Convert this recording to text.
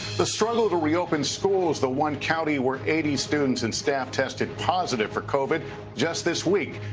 the struggle to reopen schools. the one county where eighty students and staff tested positive for covid just this week.